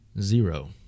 zero